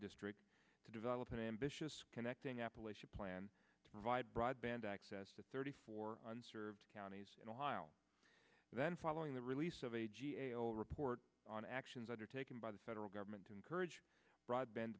district to develop an ambitious connecting appalachian plan to provide broadband access of thirty four unserved counties in ohio and then following the release of a g a o report on actions undertaken by the federal government to encourage broadband